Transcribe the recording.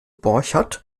borchert